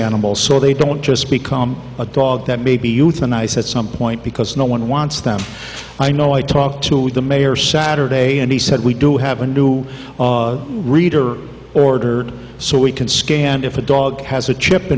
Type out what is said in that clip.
animals so they don't just become a dog that may be euthanized at some point because no one wants them i know i talked to the mayor saturday and he said we do have a new reader order so we can scan if a dog has a chip